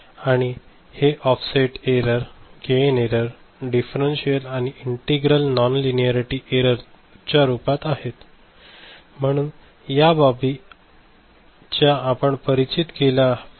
आणि हे offset error gain error differential आणि इंटिग्रल नॉनलाइनॅरिटी एररच्या रूपात आहे म्हणून या बाबी ज्या आपण परिचित केल्या पाहिजेत